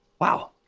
wow